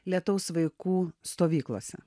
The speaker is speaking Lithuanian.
lietaus vaikų stovyklose